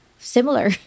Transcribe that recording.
Similar